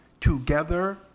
together